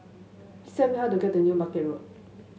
please tell me how to get to New Market Road